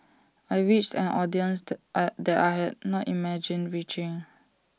I reached an audience that I had not imagined reaching